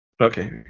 Okay